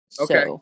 Okay